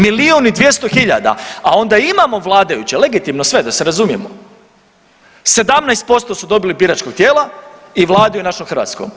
Milijun i 200 hiljada, a onda imamo vladajuće legitimno sve da se razumijemo, 17% su dobili biračkog tijela i vladaju našom Hrvatskom.